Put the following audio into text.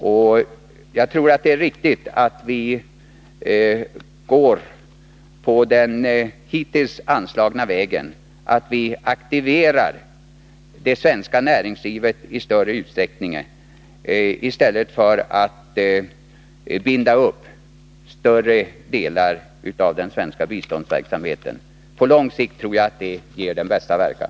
Och jag tror att det är riktigt att vi går på den hittills inslagna vägen och aktiverar det svenska näringslivet i större utsträckning i stället för att binda upp större delar av det svenska biståndet. På lång sikt tror jag att det ger bäst verkan.